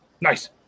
Nice